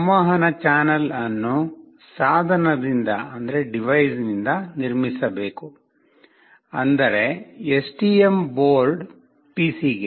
ಸಂವಹನ ಚಾನಲ್ ಅನ್ನು ಸಾಧನದಿಂದ ನಿರ್ಮಿಸಬೇಕು ಅಂದರೆ ಎಸ್ಟಿಎಂ ಬೋರ್ಡ್ ಪಿಸಿಗೆ